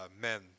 men